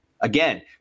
Again